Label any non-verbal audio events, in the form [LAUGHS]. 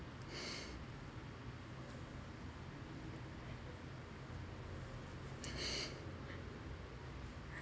[LAUGHS]